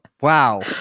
wow